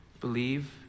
Believe